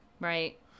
Right